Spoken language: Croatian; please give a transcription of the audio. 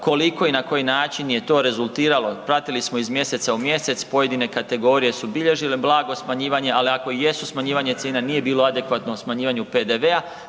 koliko i na koji način je to rezultiralo, pratili smo iz mjeseca u mjesec pojedine kategorije su bilježile blago smanjivanje ali ako i jesu smanjivane cijene, nije bilo adekvatno u smanjivanju PDV-a,